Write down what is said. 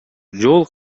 жол